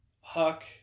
Huck